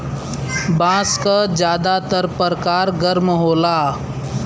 बांस क जादातर परकार गर्म होला